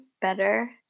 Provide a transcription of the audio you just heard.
better